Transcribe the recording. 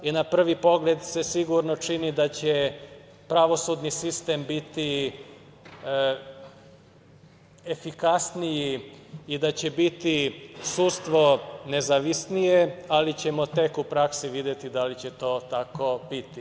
Na prvi pogled se sigurno čini da će pravosudni sistem biti efikasniji i da će biti sudstvo nezavisnije, ali ćemo tek u praksi videti da li će to tako biti.